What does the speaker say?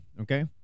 Okay